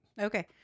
Okay